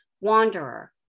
Wanderer